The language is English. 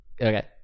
Okay